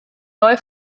neu